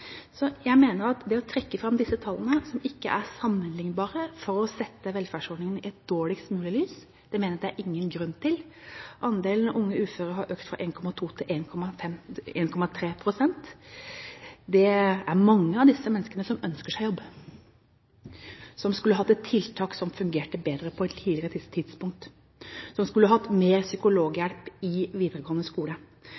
Jeg mener at det å trekke fram disse tallene, som ikke er sammenliknbare, for å sette velferdsordningene i dårligst mulig lys, er det ingen grunn til. Andelen unge uføre har økt fra 1,2 til 1,3 pst. Det er mange av disse menneskene som ønsker seg jobb, som skulle hatt et tiltak som fungerte bedre på et tidligere tidspunkt, og som skulle hatt mer